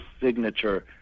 signature